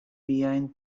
viajn